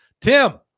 Tim